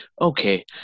okay